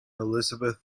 elizabeth